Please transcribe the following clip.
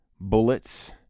bullets